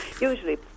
usually